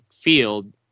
field